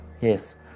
yes